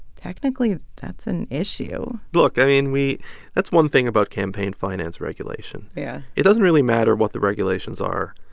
technically, that's an issue look, i mean, we that's one thing about campaign finance regulation yeah it doesn't really matter what the regulations are.